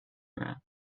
nap